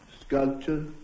sculpture